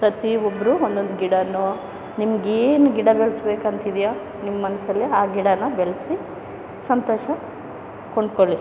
ಪ್ರತಿಯೊಬ್ಬರೂ ಒಂದೊಂದು ಗಿಡನೋ ನಿಮ್ಗೇನು ಗಿಡ ಬೆಳೆಸ್ಬೇಕಂತಿದೆಯೋ ನಿಮ್ಮ ಮನಸ್ಸಿನಲ್ಲಿ ಆ ಗಿಡನ ಬೆಳೆಸಿ ಸಂತೋಷ ಕಂಡುಕೊಳ್ಳಿ